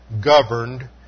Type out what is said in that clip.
governed